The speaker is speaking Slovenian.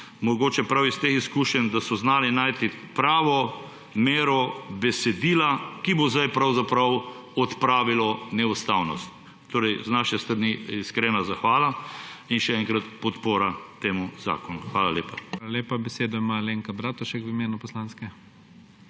Mogoče so prav zaradi teh izkušenj znali najti pravo mero besedila, ki bo zdaj pravzaprav odpravilo neustavnost. Z naše strani iskrena zahvala in še enkrat podpora temu zakonu. Hvala lepa.